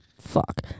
Fuck